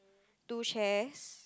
two chairs